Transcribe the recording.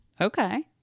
Okay